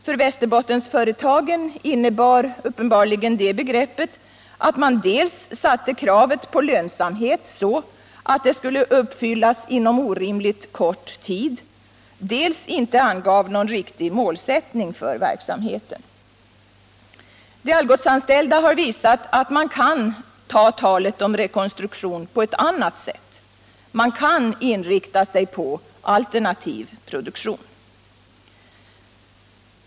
För Västerbottensföretagen innebar uppenbarligen det begreppet att man dels satte kravet på lönsamhet så att det skulle uppfyllas inom orimligt kort tid, dels underlät att ange någon riktig målsättning för verksamheten. De Algotsanställda har visat att man kan ta talet om rekonstruktion på ett annat sätt. Man kan inrikta sig på alternativ produktion.